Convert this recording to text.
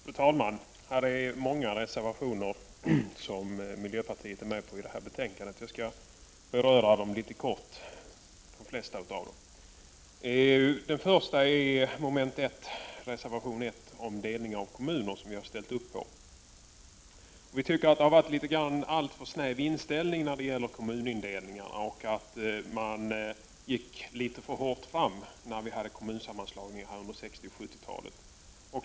Fru talman! Miljöpartiet står bakom många av reservationerna i detta betänkande. Jag skall beröra de flesta av dem. Den första reservation vi har ställt upp bakom är reservation nr 1 om delning av kommuner. Vi tycker att det har funnits en alltför snäv inställning när det gäller kommunindelningar och att man gick litet för hårt fram vid kommunsammanslagningen under 60 och 70-talen.